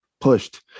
pushed